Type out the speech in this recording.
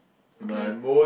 okay